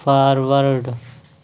forward